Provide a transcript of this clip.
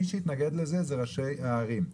מי שהתנגד לזה הם ראשי הערים.